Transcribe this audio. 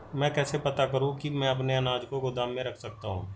मैं कैसे पता करूँ कि मैं अपने अनाज को गोदाम में रख सकता हूँ?